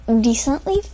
decently